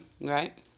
Right